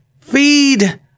Feed